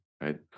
right